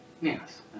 yes